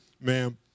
ma'am